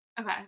okay